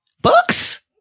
Books